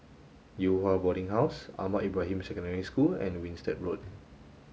Yew Hua Boarding House Ahmad Ibrahim Secondary School and Winstedt Road